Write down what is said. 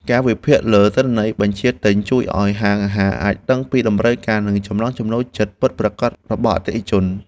ការវិភាគលើទិន្នន័យបញ្ជាទិញជួយឱ្យហាងអាហារអាចដឹងពីតម្រូវការ និងចំណង់ចំណូលចិត្តពិតរបស់អតិថិជន។